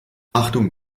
achtung